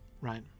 right